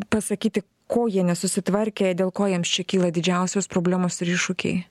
pasakyti ko jie nesusitvarkę dėl ko jiems čia kyla didžiausios problemos ir iššūkiai